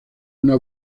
una